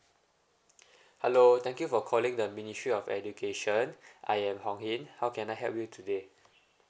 hello thank you for calling the ministry of education I am hong hing how can I help you today